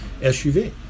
SUV